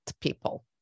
people